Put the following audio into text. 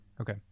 okay